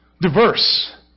diverse